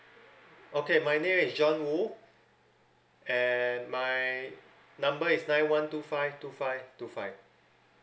okay my name is john wu and my number is nine one two five two five two five